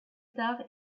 tard